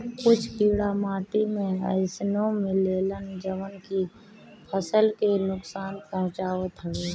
कुछ कीड़ा माटी में अइसनो मिलेलन जवन की फसल के नुकसान पहुँचावत हवे